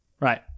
Right